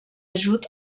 ajut